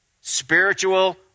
Spiritual